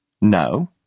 No